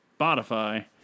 Spotify